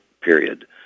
period